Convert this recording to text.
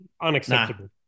Unacceptable